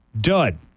dud